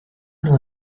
know